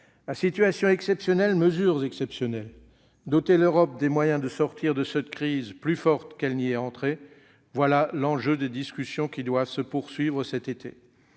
À situation exceptionnelle, mesures exceptionnelles ! Doter l'Europe des moyens de sortir de cette crise plus forte qu'elle n'y est entrée : voilà l'enjeu des discussions qui doivent se poursuivre cet été